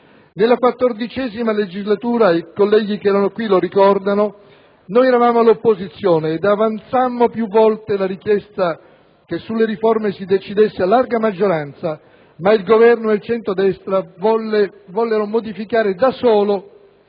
Nella XIV legislatura - i colleghi che erano qui lo ricordano - eravamo all'opposizione ed avanzammo più volte la richiesta che sulle riforme si decidesse a larga maggioranza, ma il Governo e il centrodestra vollero modificare da soli